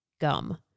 gum